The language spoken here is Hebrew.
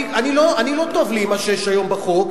לא טוב לי עם מה שיש היום בחוק,